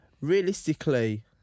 realistically